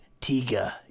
Tiga